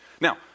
Now